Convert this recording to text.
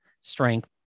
strength